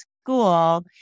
school